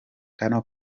kano